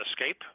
escape